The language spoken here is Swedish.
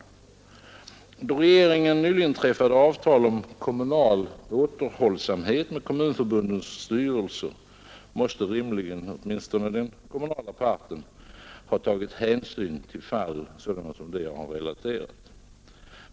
Då regeringen nyligen träffat avtal om kommunal återhållsamhet med kommunförbundens styrelser, måste rimligen, åtminstone från den kommunala parten, hänsyn ha tagits till fall sådana som det jag relaterat.